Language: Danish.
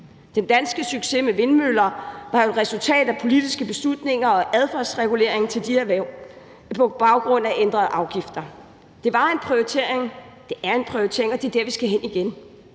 Den danske succes med vindmøller var et resultat af politiske beslutninger og adfærdsregulering i forhold til de erhverv på baggrund af ændrede afgifter. Det var en prioritering, det er en prioritering, og det er der, vi skal hen igen.